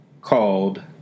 called